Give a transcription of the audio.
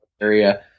area